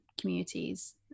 communities